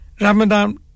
Ramadan